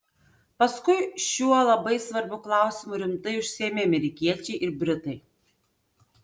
paskui šiuo labai svarbiu klausimu rimtai užsiėmė amerikiečiai ir britai